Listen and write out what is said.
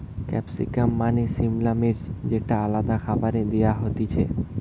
capsicum মানে সিমলা মির্চ যেটা আলাদা খাবারে দেয়া হতিছে